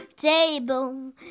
Table